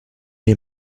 est